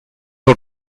how